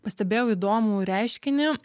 pastebėjau įdomų reiškinį